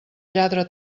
lladre